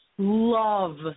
love